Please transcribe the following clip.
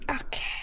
Okay